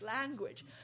language